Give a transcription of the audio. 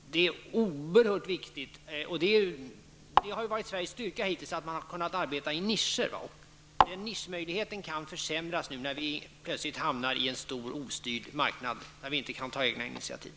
De är oerhört viktiga. Det har hittills varit Sveriges styrka att man har kunnat arbeta i nischer. Nischmöjligheten kan försämras när vi plötsligt hamnar i en stor ostyrd marknad där vi inte kan ta egna initiativ.